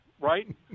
right